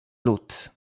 lud